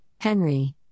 Henry